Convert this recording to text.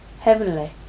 heavenly